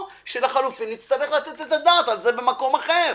או לחילופין נצטרך לתת על זה את הדעת במקום אחר.